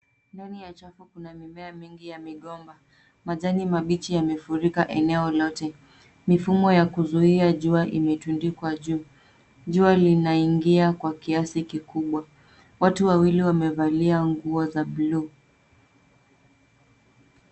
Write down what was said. Ndani ya chafu, kuna mimea mingi ya migomba. Majani mabichi yamefurika eneo lote. Mifumo ya kuzuia jua imetundikwa juu. Jua linaingia kwa kiasi kikubwa. Watu wawili wamevalia nguo za bluu.